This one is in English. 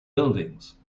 buildings